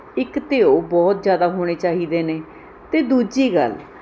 ਇੱਕ ਤਾਂ ਉਹ ਬਹੁਤ ਜ਼ਿਆਦਾ ਹੋਣੇ ਚਾਹੀਦੇ ਨੇ ਅਤੇ ਦੂਜੀ ਗੱਲ